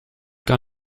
gar